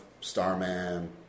Starman